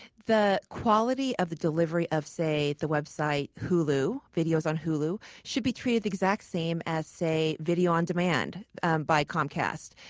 the quality of the delivery of, say, the web site hulu, videos on hulu, should be treated the exact same as, say, video on demand by comcast.